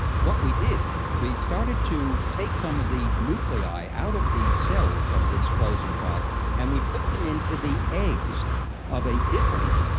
what we did, we started to take some of the nuclei out of the cells of this frozen frog and we put them into the eggs of a different,